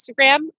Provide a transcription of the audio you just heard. Instagram